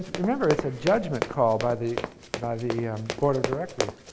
remember, it's a judgment call by the by the board of directors.